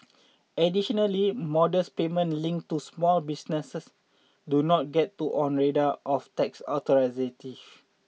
additionally modest payments linked to small business do not get on the radar of tax authorities